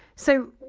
so,